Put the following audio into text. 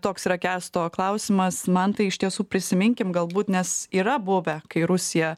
toks yra kęsto klausimas mantai iš tiesų prisiminkim galbūt nes yra buvę kai rusija